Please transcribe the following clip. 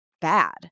bad